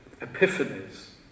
epiphanies